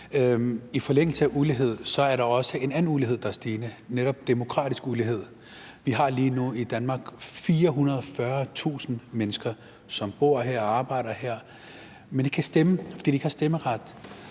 I forlængelse af det med ulighed er der også en anden ulighed, der er stigende, nemlig demokratisk ulighed. Vi har lige nu i Danmark 440.000 mennesker, som bor her og arbejder her, men som ikke kan stemme, fordi de ikke har stemmeret.